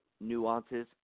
nuances